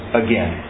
again